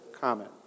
comment